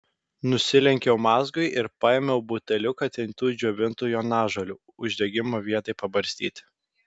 nusilenkiau mazgui ir paėmiau buteliuką trintų džiovintų jonažolių uždegimo vietai pabarstyti